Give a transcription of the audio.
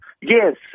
Yes